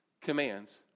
commands